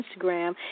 Instagram